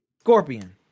Scorpion